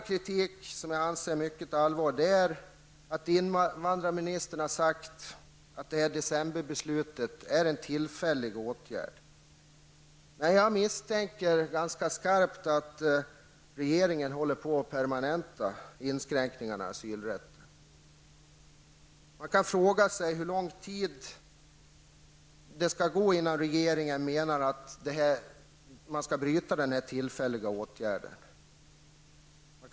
Det är mycket allvarligt när invandrarministern säger att decemberbeslutet är en tillfällig åtgärd, samtidigt som jag starkt misstänker att regeringen håller på att permanenta inskränkningarna i asylrätten. Man kan verkligen fråga sig hur lång tid regeringen menar att ett tillfälligt beslut skall gälla.